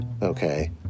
Okay